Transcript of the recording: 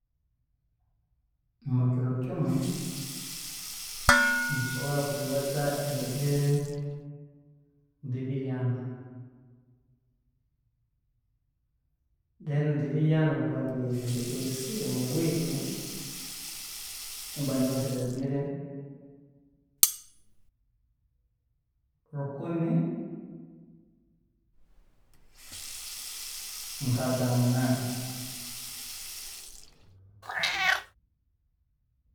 Mukiro kimu nsobola kurubata ebigere bibiri ana, then bibiri ana obunkuba mbigaisire mu week, nimba ndubasire ebigere nka rukumi nkaaga na munaana